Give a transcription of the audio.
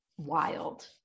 wild